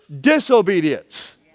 disobedience